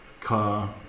car